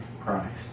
Christ